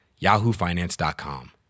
yahoofinance.com